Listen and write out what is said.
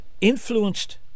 influenced